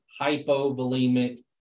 hypovolemic